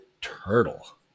turtle